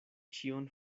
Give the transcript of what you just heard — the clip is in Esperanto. ĉion